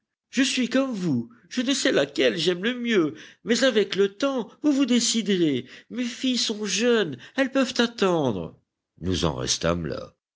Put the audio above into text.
je suis comme vous je ne sais laquelle j'aime le mieux mais avec le temps vous vous déciderez mes filles sont jeunes elles peuvent attendre nous en restâmes là